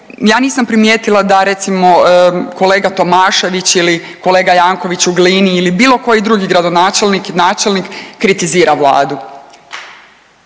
ja nisam primijetila da recimo kolega Tomašević ili kolega Janković u Glini ili bilo koji drugi gradonačelnik, načelnik kritizira Vladu.